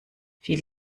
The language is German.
viel